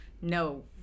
No